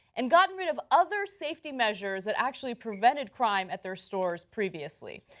and gotten rid of other safety measures that actually prevented crime at their stores previously.